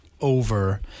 over